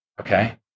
okay